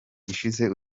ishize